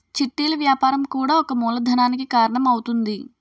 చిట్టీలు వ్యాపారం కూడా ఒక మూలధనానికి కారణం అవుతుంది